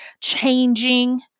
changing